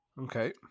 Okay